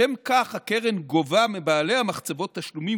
לשם כך הקרן גובה מבעלי המחצבות תשלומים